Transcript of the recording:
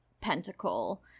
pentacle